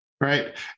right